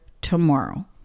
tomorrow